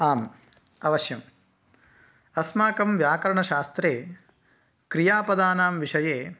आम् अवश्यम् अस्माकं व्याकरणशास्त्रे क्रियापदानां विषये